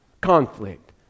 conflict